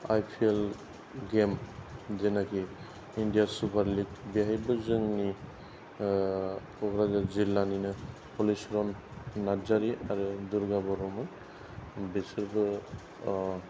आइ S L game जेनोखि India super league बेहायबो जोंनि क'क्राझार जिल्लानिनो हलिचरण नार्जारी आरो दुर्गा बर'मोन बिसोरबो